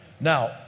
Now